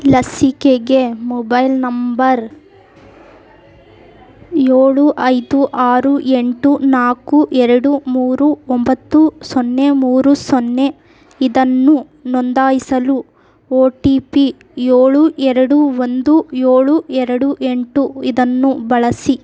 ಲಸಿಕೆಗೆ mobile number ಏಳು ಐದು ಆರು ಎಂಟು ನಾಲ್ಕು ಎರಡು ಮೂರು ಒಂಬತ್ತು ಸೊನ್ನೆ ಮೂರು ಸೊನ್ನೆ ಇದನ್ನು ನೋಂದಾಯಿಸಲು ಒ ಟಿ ಪಿ ಏಳು ಎರಡು ಒಂದು ಏಳು ಎರಡು ಎಂಟು ಇದನ್ನು ಬಳಸಿ